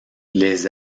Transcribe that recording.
les